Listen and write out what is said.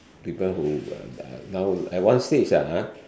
people who uh now at one stage ah !huh!